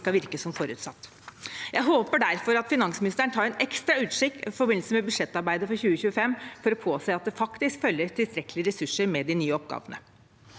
de skal virke som forutsatt. Jeg håper derfor at finansministeren tar en ekstra utsjekk i forbindelse med budsjettarbeidet for 2025 for å påse at det følger tilstrekkelige ressurser med til de nye oppgavene.